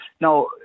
Now